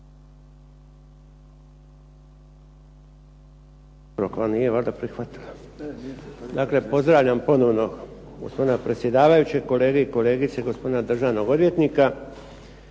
Izvolite. **Rošin, Jerko (HDZ)** Dakle, pozdravljam ponovno gospodina predsjedavajućeg, kolege i kolegice gospodina državnog odvjetnika.